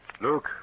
Luke